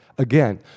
Again